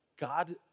God